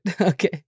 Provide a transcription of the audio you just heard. Okay